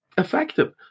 effective